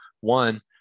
One